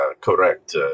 correct